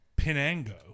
Pinango